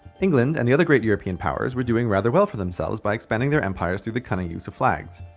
england and the other great european powers were doing rather well for themselves by expanding their empires through the cunning use of flags.